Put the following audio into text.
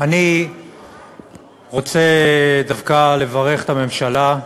אני רוצה דווקא לברך את הממשלה.